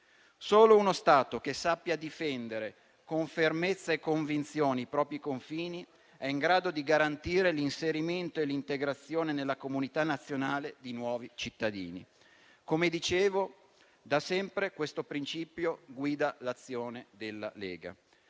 Solo uno Stato che sappia difendere con fermezza e convinzione i propri confini è in grado di garantire l'inserimento e l'integrazione nella comunità nazionale di nuovi cittadini. Come dicevo, da sempre questo principio guida l'azione della Lega.